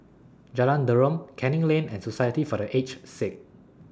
Jalan Derum Canning Lane and Society For The Aged Sick